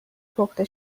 پخته